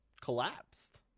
collapsed